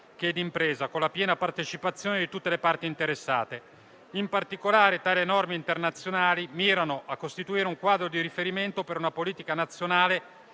che di impresa, con la piena partecipazione di tutte le parti interessate. In particolare, tali norme internazionali mirano a costituire un quadro di riferimento per una politica nazionale